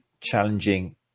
challenging